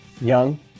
Young